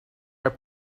are